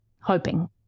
hoping